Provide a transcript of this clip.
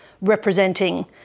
representing